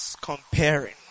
comparing